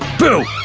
boo!